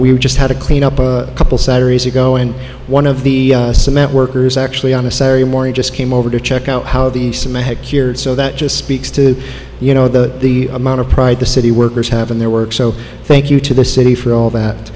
we've just had a clean up a couple saturdays ago and one of the cement workers actually on a saturday morning just came over to check out how the heck cured so that just speaks to you know the the amount of pride the city workers have in their work so thank you to the city for all that